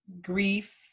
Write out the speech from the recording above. grief